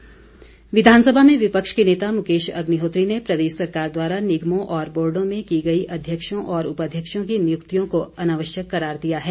अग्निहोत्री विधानसभा में विपक्ष के नेता मुकेश अग्निहोत्री ने प्रदेश सरकार द्वारा निगमों और बोर्डो में की गई अध्यक्षों और उपाध्यक्षों की निय्क्तियों को अनावश्यक करार दिया है